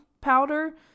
powder